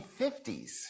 1950s